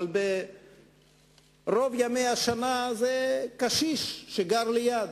אבל רוב ימי השנה זה הקשיש שגר ליד,